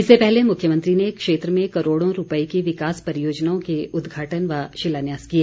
इससे पहले मुख्यमंत्री ने क्षेत्र में करोड़ों रूपए की विकास परियोजनाओं के उदघाटन व शिलान्यास किए